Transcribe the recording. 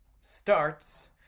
starts